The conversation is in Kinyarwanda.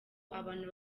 abantu